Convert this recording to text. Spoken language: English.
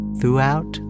throughout